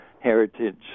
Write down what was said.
Heritage